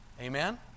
Amen